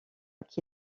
qui